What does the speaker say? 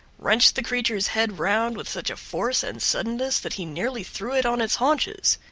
wrenched the creature's head round with such a force and suddenness that he nearly threw it on its haunches.